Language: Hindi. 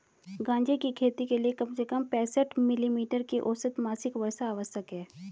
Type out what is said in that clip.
गांजे की खेती के लिए कम से कम पैंसठ मिली मीटर की औसत मासिक वर्षा आवश्यक है